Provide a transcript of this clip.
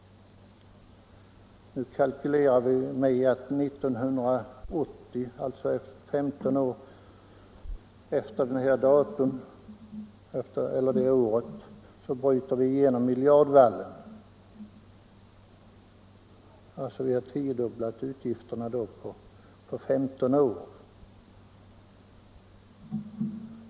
Nu kalkylerar vi med att vi år 1980, alltså 15 år senare, bryter igenom miljardvallen. Vi har alltså tiodubblat utgifterna på 15 år.